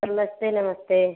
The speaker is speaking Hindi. नमस्ते नमस्ते